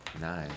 Nice